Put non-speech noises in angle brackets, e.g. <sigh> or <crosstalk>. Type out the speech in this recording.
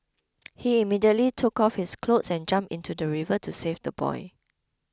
<noise> he immediately took off his clothes and jumped into the river to save the boy